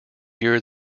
year